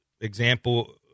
example